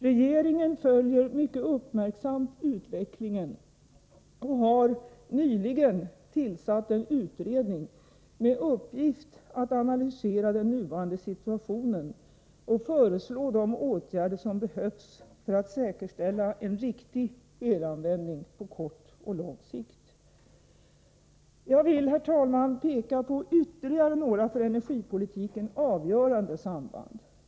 Regeringen följer mycket uppmärksamt utvecklingen och har nyligen tillsatt en utredning med uppgift att analysera den nuvarande situationen och föreslå de åtgärder som behövs för att säkerställa en riktig elanvändning på kort och lång sikt. Jag vill, herr talman, peka på ytterligare några för energipolitiken avgörande samband.